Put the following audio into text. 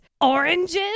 Oranges